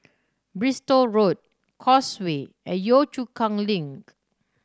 Bristol Road Causeway and Yio Chu Kang Link